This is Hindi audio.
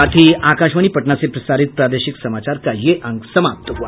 इसके साथ ही आकाशवाणी पटना से प्रसारित प्रादेशिक समाचार का ये अंक समाप्त हुआ